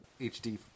HD